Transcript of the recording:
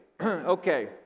Okay